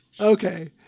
Okay